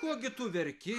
ko gi tu verki